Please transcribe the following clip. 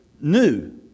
new